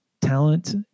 talent